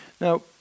Now